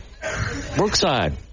Brookside